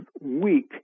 weak